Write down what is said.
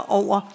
over